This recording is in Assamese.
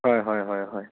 হয় হয় হয় হয়